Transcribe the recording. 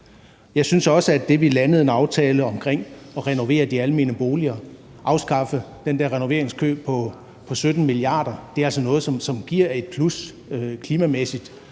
Jeg synes også, at det, at vi landede en aftale om at renovere de almene boliger og afskaffe den der renoveringskø på 17 mia. kr., altså er noget, som giver et plus klimamæssigt.